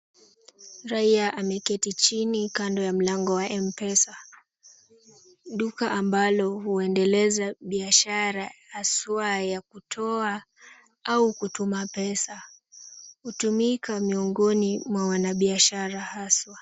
Raia ameketi chini kando ya mlango wa mpesa. Duka ambalo huendeleza biashara haswa ya kutoa au kutuma pesa. Hutumika miongoni mwa wanabiashara haswa.